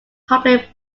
public